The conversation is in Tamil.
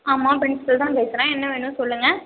ஆமா ப்ரின்ஸ்பல் தான் பேசுகிறேன் என்ன வேணும் சொல்லுங்க